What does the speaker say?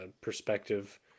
perspective